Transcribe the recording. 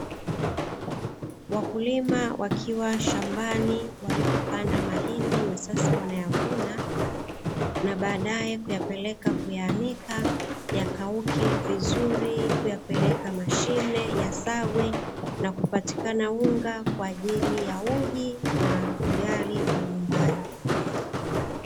Wakulima wakiwa shambani walipopanda mahindi na sasa wanayavuna na badae kuyapeleka, kuyaanika yakauke vizuri kuyapeleka mashine yasagwe na kupatikana unga kwa ajili ya uji na ugali wa nyumbani.